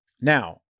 Now